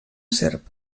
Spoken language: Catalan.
serp